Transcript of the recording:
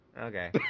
Okay